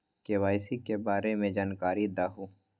KYC के बारे में जानकारी दहु?